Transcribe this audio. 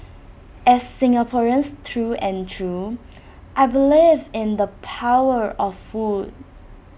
as Singaporeans through and through I believe in the power of food